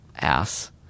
ass